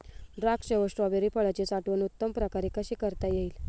द्राक्ष व स्ट्रॉबेरी फळाची साठवण उत्तम प्रकारे कशी करता येईल?